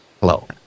Hello